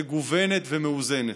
מגוונת ומאוזנת.